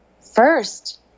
first